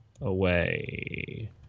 away